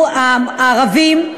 הערבים,